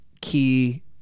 key